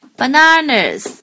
bananas